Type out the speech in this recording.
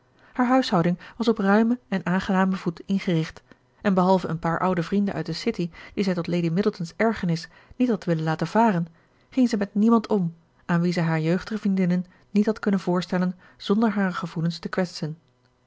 haar huishouding was op ruimen en aangenamen voet ingericht en behalve een paar oude vrienden uit de city die zij tot lady middleton's ergernis niet had willen laten varen ging zij met niemand om aan wie zij hare jeugdige vriendinnen niet had kunnen voorstellen zonder hare gevoelens te kwetsen